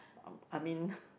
uh I mean